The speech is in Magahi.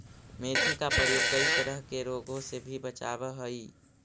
मेथी का प्रयोग कई तरह के रोगों से भी बचावअ हई